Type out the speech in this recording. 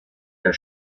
der